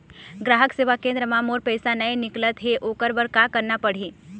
ग्राहक सेवा केंद्र म मोर पैसा नई निकलत हे, ओकर बर का करना पढ़हि?